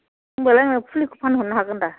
होमबालाय आंनो फुलिखौ फानहरनो हागोन दा